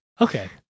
Okay